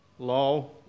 law